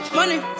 money